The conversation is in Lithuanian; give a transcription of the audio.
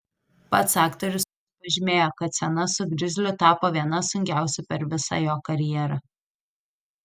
pats aktorius pažymėjo kad scena su grizliu tapo viena sunkiausių per visą jo karjerą